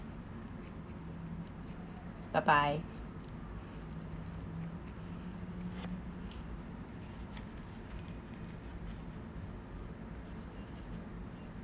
bye bye